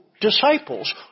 Disciples